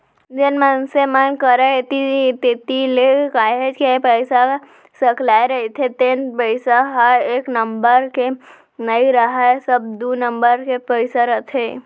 जेन मनसे मन करा ऐती तेती ले काहेच के पइसा सकलाय रहिथे तेन पइसा ह एक नंबर के नइ राहय सब दू नंबर के पइसा रहिथे